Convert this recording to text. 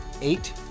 eight